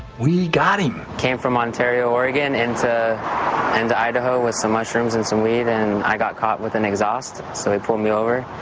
we got him. came from ontario, oregon into and idaho with some mushrooms and some weed, and i got caught with an exhaust so he pulled me over,